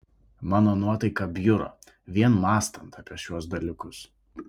mano nuotaika bjuro vien mąstant apie šiuos dalykus